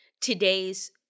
today's